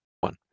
one